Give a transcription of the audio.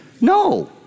No